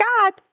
God